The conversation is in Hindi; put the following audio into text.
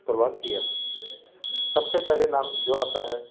प्रवास किया सब से पहले नाम जो आता है